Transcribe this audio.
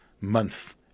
month